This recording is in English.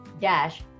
dash